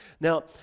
Now